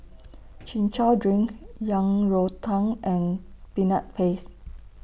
Chin Chow Drink Yang Rou Tang and Peanut Paste